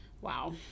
wow